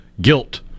guilt